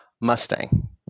mustang